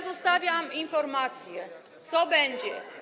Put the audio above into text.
Zostawiam informację, co będzie.